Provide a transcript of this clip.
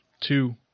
two